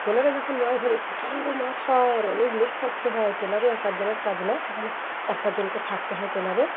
ট্রলারে যখন মাছ ধরে প্রচণ্ড মাছ হয় আর অনেক লোক থাকতে হয় ট্রলারে এক আধজনের কাজ না ওখানে চার পাঁচজননকে থাকতে হয় ট্রলারে